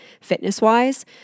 fitness-wise